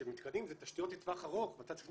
שמתקנים זה תשתיות לטווח ארוך ואתה צריך לבנות